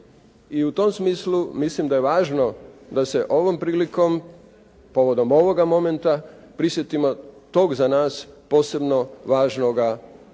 I u tom smislu mislim da je važno da se ovom prilikom, povodom ovog momenta, prisjetimo tog za nas posebno važne teme